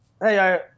hey